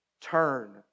turn